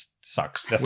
sucks